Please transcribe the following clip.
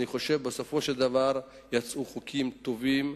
בסופו של דבר יצאו חוקים טובים.